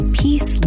peace